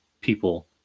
people